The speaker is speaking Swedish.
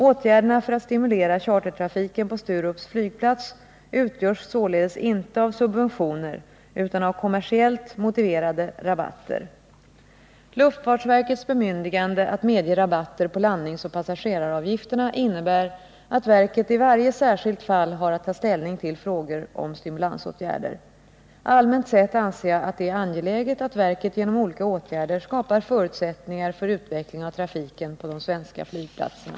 Åtgärderna för att stimulera chartertrafiken på Sturups flygplats utgörs således inte av subventioner utan av kommersiellt motiverade rabatter. Luftfartsverkets bemyndigande att medge rabatter på landningsoch passageraravgifterna innebär att verket i varje särskilt fall har att ta ställning till frågor om stimulansåtgärder. Allmänt sett anser jag att det är angeläget att verket genom olika åtgärder skapar förutsättningar för utveckling av trafiken på de svenska flygplatserna.